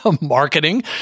marketing